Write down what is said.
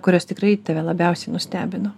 kurios tikrai tave labiausiai nustebino